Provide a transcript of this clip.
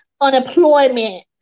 unemployment